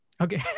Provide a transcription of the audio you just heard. Okay